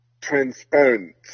transparent